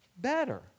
better